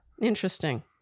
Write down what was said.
Interesting